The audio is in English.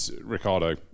Ricardo